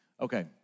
Okay